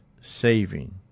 saving